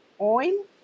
oil